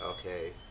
okay